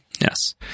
Yes